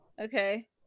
okay